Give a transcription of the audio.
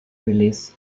release